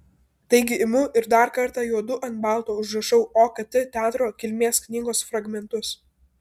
taigi imu ir dar kartą juodu ant balto užrašau okt teatro kilmės knygos fragmentus